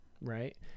right